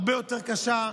הרבה יותר קשה.